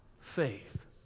faith